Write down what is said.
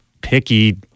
picky